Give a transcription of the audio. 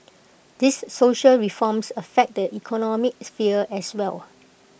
these social reforms affect the economic sphere as well